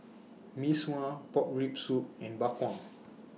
Mee Sua Pork Rib Soup and Bak Kwa